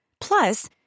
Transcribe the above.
Plus